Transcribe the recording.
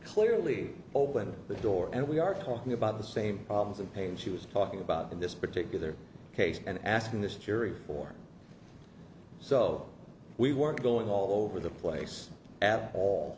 clearly opened the door and we are talking about the same problems and pain she was talking about in this particular case and asking this jury for so we weren't going all over the place at all